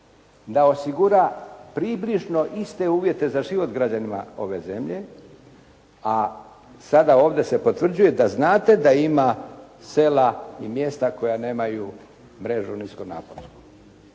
da osigura približno iste uvjete za život građanima ove zemlje. A sada ovdje se potvrđuje da znate da ima sela i mjesta koja nemaju mrežu niskonaponsku.